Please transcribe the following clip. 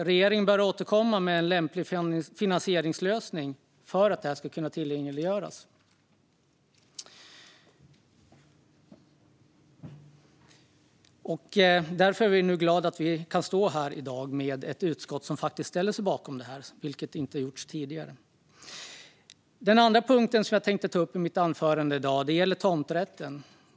Regeringen bör återkomma med en lämplig finansieringslösning för tillgängliggörandet. Vi är därför glada att utskottet i dag faktiskt ställer sig bakom detta, vilket inte skett tidigare. Den andra punkt jag tänkte ta upp i mitt anförande i dag gäller tomträtten.